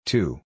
Two